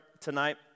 tonight